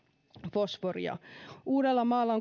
fosforia uudellamaalla